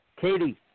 Katie